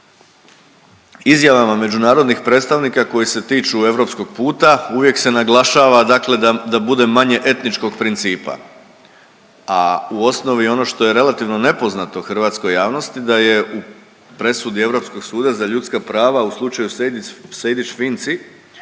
izjavama međunarodnih predstavnika koji se tiču europskog puta uvijek se naglašava, dakle da bude manje etničkog principa, a u osnovi ono što je relativno nepoznato hrvatskoj javnosti da je u presudi Europskog suda za ljudska prava u slučaju Sejdić Vinci